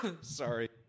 sorry